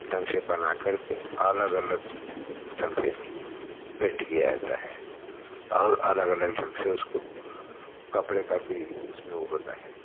ढंग से बनाकर के अलग अलग ढंग से पेंट किया जाता है और अलग अलग ढंग से उसको कपड़े का भी उसमें वो होता है